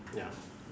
ya